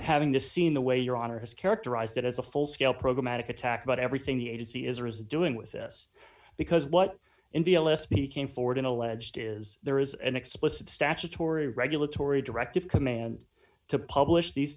having to seen the way your honor has characterized it as a full scale programatic attack about everything the agency is or is doing with this because what in the l s p came forward in alleged is there is an explicit statutory regulatory directive command to publish these